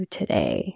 today